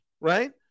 right